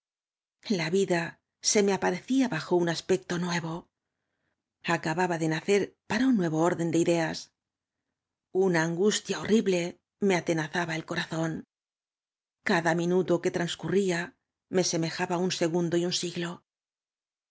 la vida se me aparecía bajo un aspecto nuevo acababa de nacer para un duevo orden de deas una angustia horrible me atenaceaba el corazón cada minuto que transcurría mo semejaba un segundo y un siglo